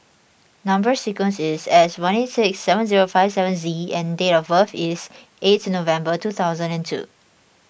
Number Sequence is S one eight six seven zero five seven Z and date of birth is eighth November two thousand and two